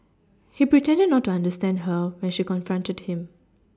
he pretended not to understand her when she confronted him